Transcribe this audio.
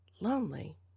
lonely